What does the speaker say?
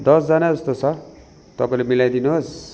दसजना जस्तो छ तपाईँले मिलाइदिनुहोस्